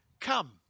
Come